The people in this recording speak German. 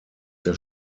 der